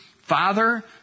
Father